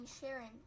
sharing